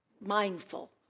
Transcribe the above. mindful